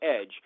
edge